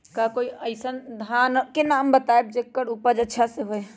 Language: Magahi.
का कोई अइसन धान के नाम बताएब जेकर उपज अच्छा से होय?